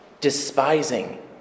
despising